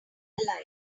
alike